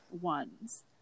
ones